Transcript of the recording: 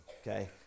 Okay